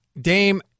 Dame